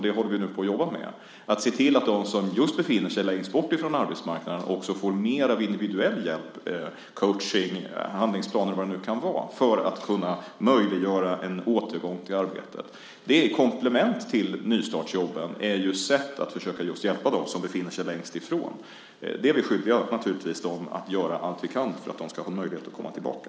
Det håller vi nu på att jobba med. Det handlar om att se till att de som befinner sig längst bort från arbetsmarknaden också får mer av individuell hjälp, coachning, handlingsplaner eller vad det nu kan vara, för att kunna möjliggöra en återgång till arbetet. Det är komplement till nystartsjobben och ett sätt att försöka hjälpa dem som befinner sig längst ifrån. Vi är skyldiga att göra allt vi kan för att de ska ha möjlighet att komma tillbaka.